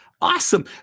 awesome